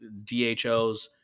DHOs